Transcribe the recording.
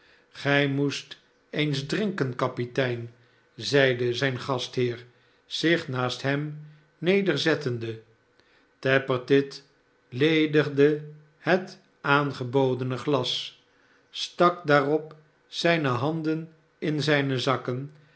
gij moest eens drinken kapitein zeide zijn gastheer zich naast hem neerzettende tappertit ledigde het aangebodene glas stak daarop zijne handen in zijne zakken